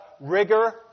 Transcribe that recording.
rigor